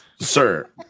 Sir